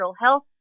health